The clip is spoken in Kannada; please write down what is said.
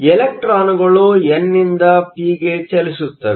ಇಲೆಕ್ಟ್ರಾನ್ಗಳು ಎನ್ ನಿಂದ ಪಿಗೆ ಚಲಿಸುತ್ತವೆ